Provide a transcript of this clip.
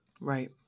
right